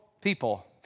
people